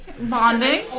Bonding